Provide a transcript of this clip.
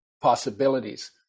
possibilities